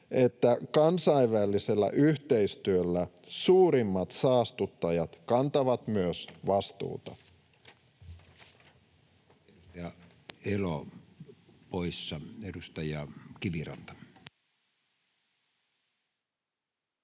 että kansainvälisellä yhteistyöllä suurimmat saastuttajat kantavat myös vastuuta.